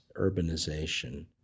urbanization